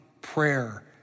prayer